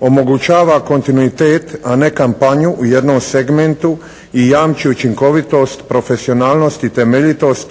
omogućava kontinuitet a ne kampanju u jednom segmentu i jamči učinkovitost, profesionalnost i temeljitost